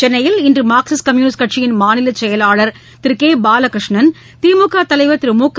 சென்னையில் இன்றுமார்க்சிஸ்ட் கம்யூனிஸ்ட் கட்சியின் மாநிலச்செயலாளர் திருகேபாலகிருஷ்ணன் திமுகதலைவர் திருமுக